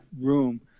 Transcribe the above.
room